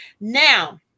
now